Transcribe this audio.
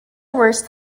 worst